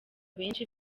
benshi